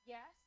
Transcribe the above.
Yes